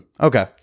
okay